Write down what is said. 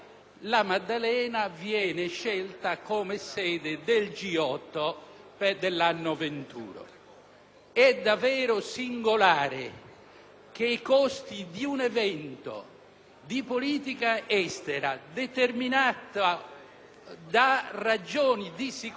È davvero singolare che i costi di un evento di politica estera, determinato da ragioni di sicurezza, vengano posti a carico della Regione che ospita il G8.